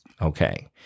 Okay